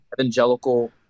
evangelical